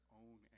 own